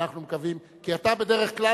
כי אתה בדרך כלל,